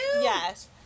Yes